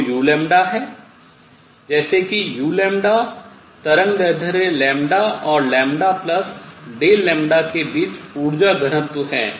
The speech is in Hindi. जो u है जैसे कि u तरंगदैर्ध्य और λ Δλ के बीच ऊर्जा घनत्व है